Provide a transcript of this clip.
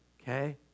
okay